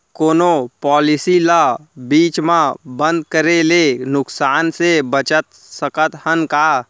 कोनो पॉलिसी ला बीच मा बंद करे ले नुकसान से बचत सकत हन का?